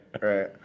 Right